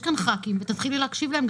כאן חברי כנסת ותתחילי להקשיב להם,